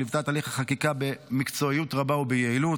שליוותה את תהליך החקיקה במקצועיות רבה וביעילות,